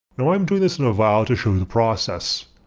now i'm doing this in a vial to show you the process.